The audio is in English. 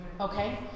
okay